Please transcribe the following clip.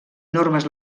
normes